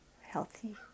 healthy